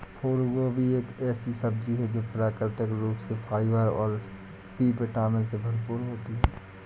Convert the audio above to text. फूलगोभी एक ऐसी सब्जी है जो प्राकृतिक रूप से फाइबर और बी विटामिन से भरपूर होती है